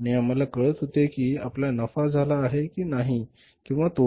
आणि आम्हाला कळत होते की आपला नफा झाला आहे की नाही किंवा तोटा